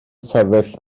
sefyll